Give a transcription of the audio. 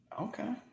Okay